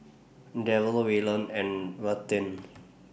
Darrel Wayland and Ruthanne